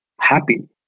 happy